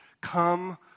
come